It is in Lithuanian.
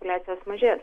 populiacijos mažės